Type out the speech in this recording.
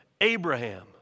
Abraham